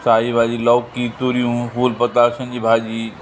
साई भाॼी लौकी तूरियूं फूल पताशनि जी भाॼी